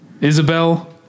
Isabel